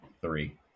Three